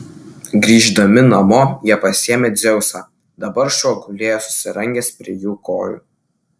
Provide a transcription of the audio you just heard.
grįždami namo jie pasiėmė dzeusą dabar šuo gulėjo susirangęs prie jų kojų